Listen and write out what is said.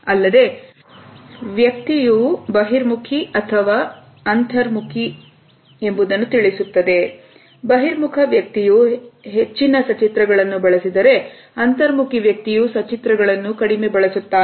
ಅಲ್ಲದೇ ಸಚಿತ್ರಗಳು ವ್ಯಕ್ತಿಯು ಬಹಿರ್ಮುಖಿ ಅಥವಾ ಅಂತರ್ಮುಖಿ ಎಂಬುದನ್ನು ತಿಳಿಸುತ್ತದೆ ಬಹಿರ್ಮುಖ ವ್ಯಕ್ತಿಯು ಹೆಚ್ಚಿದ ಚಿತ್ರಗಳನ್ನು ಬಳಸಿದರೆ ಅಂತರ್ಮುಖಿ ವ್ಯಕ್ತಿಯು ಸಚಿತ್ರ ಗಳನ್ನು ಕಡಿಮೆ ಬಳಸುತ್ತಾನೆ